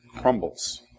crumbles